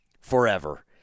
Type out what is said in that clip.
forever